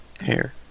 hair